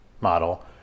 model